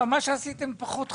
מה שעשיתם פחות חשוב.